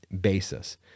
basis